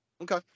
Okay